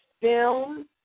film